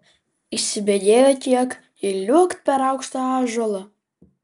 įsibėgėjo kiek ir liuokt per aukštą ąžuolą